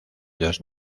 dos